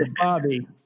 Bobby